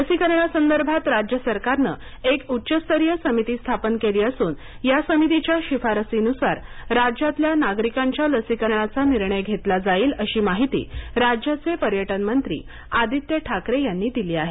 लसीकरणासंदर्भात राज्य सरकारनं एक उच्चस्तरीय समिती स्थापन केली असून या समितीच्या शिफारसींनुसार राज्यातल्या नागरिकांच्यालसीकरणाचा निर्णय घेतला जाईल अशी माहिती राज्याचे पर्यटन मंत्री आदित्य ठाकरे यांनी दिली आहे